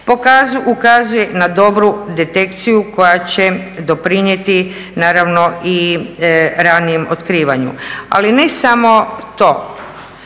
ukazuje na dobru detekciju koja će doprinijeti naravno i ranijem otkrivanu. Ali ne samo to.